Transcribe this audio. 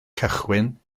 cychwyn